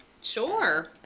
Sure